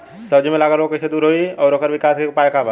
सब्जी में लगल रोग के कइसे दूर होयी और ओकरे विकास के उपाय का बा?